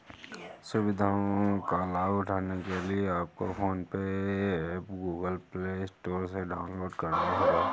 सुविधाओं का लाभ उठाने के लिए आपको PhonePe app Google Play Store से डाउनलोड करना होगा